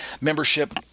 membership